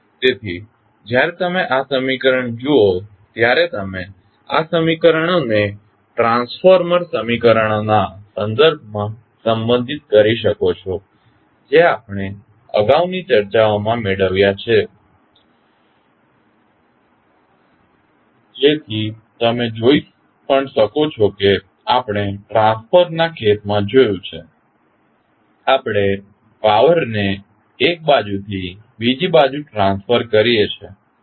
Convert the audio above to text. તેથી જ્યારે તમે આ સમીકરણ જુઓ ત્યારે તમે આ સમીકરણોને ટ્રાન્સફોર્મર સમીકરણો ના સંદર્ભમાં સંબંધિત કરી શકો છો જે આપણે અગાઉની ચર્ચાઓમાં મેળવ્યા છે જેથી તમે જોઈ પણ શકો કે આપણે ટ્રાન્સફોર્મર ના કેસમાં જોયું છે આપણે પાવર ને એક બાજુથી બીજી બાજુ ટ્રાન્સર કરીએ છીએ